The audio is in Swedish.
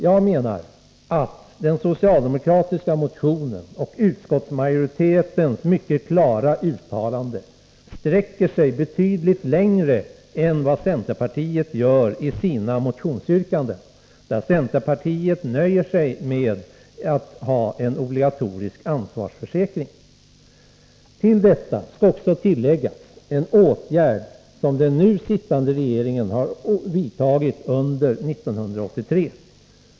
Jag menar att socialdemokraterna i sin motion och utskottsmajoriteten i sitt mycket klara uttalande går betydligt längre än vad centerpartiet gör i sitt motionsyrkande. Centerpartiet nöjer sig med obligatorisk ansvarsförsäkring. Till detta skall också tilläggas att den nu sittande regeringen har vidtagit en åtgärd på detta område under 1983.